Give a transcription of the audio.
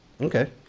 okay